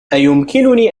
أيمكنني